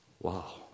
wow